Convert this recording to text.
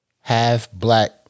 half-black